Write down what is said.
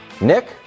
Nick